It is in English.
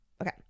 Okay